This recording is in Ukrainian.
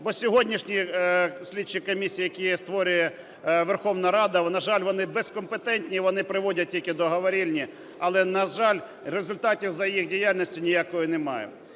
Бо сьогоднішні слідчі комісії, які створює Верховна Рада, на жаль, вони безкомпетентні, вони приводять тільки до говорильні, але на жаль, результатів за їх діяльності ніяких немає.